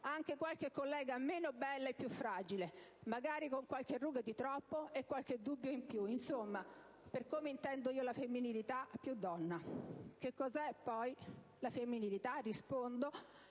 anche qualche collega meno bella e più fragile, magari con qualche ruga di troppo e qualche dubbio in più. Insomma, per come intendo io la femminilità, più donna. Che cos'è poi la femminilità? Rispondo,